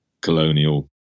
colonial